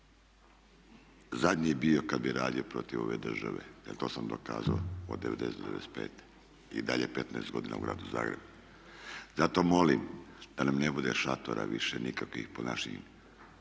zadnji bio kad bih radio protiv ove države, jer to sam dokazao do '90. do '95. i dalje 15 godina u Gradu Zagrebu. Zato molim da nam ne bude šatora više nikakvih po našim